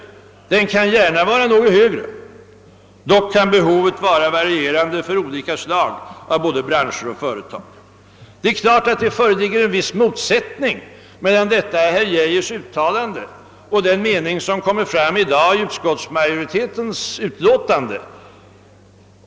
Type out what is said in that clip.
Den kan gärna vara något högre. Dock kan behovet vara varierande för olika slag av både branscher och företag.» Det är klart att det föreligger en viss motsättning mellan detta herr Geijers uttalande och den mening som tillkännages i utskottsmajoritetens utlåtande.